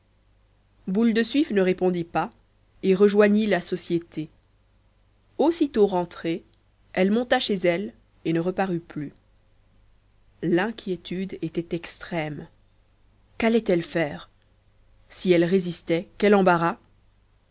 boule de suif ne répondit pas et rejoignit la société aussitôt rentrée elle monta chez elle et ne reparut plus l'inquiétude était extrême quallait elle faire si elle résistait quel embarras